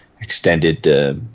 extended